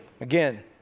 Again